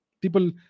People